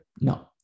no